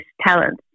talents